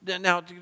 Now